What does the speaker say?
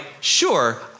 sure